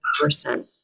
person